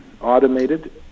automated